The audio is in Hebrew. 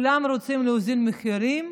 כולם רוצים להוזיל את המחירים,